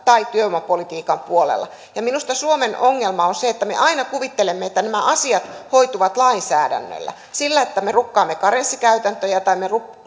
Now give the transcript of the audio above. tai työvoimapolitiikan puolella minusta suomen ongelma on se että me aina kuvittelemme että nämä asiat hoituvat lainsäädännöllä sillä että me rukkaamme karenssikäytäntöjä tai